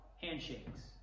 handshakes